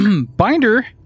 Binder